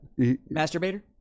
masturbator